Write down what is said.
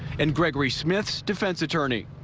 and gregory smith's defense attorney.